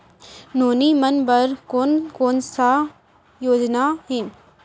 नोनी मन बर कोन कोन स योजना हे?